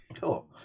Cool